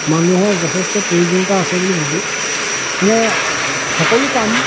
মানুহৰ যথেষ্ট প্ৰয়োজনীয়তা আছে বুলি ভাবোঁ মানে সকলো কাম